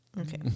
Okay